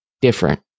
different